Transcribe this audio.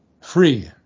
free